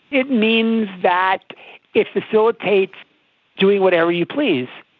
it means that it facilitates doing whatever you please.